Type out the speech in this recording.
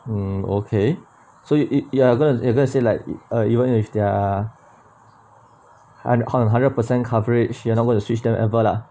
hmm okay so you you you are going you are going to say like it uh even if they're hun~ hundred percent coverage you're not going to switch them ever lah